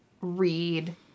read